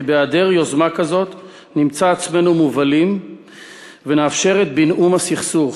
כי בהיעדר יוזמה כזאת נמצא עצמנו מובלים ונאפשר את בינאום הסכסוך,